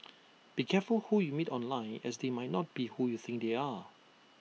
be careful who you meet online as they might not be who you think they are